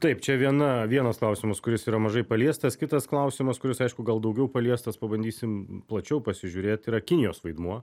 taip čia viena vienas klausimas kuris yra mažai paliestas kitas klausimas kuris aišku gal daugiau paliestas pabandysim plačiau pasižiūrėt yra kinijos vaidmuo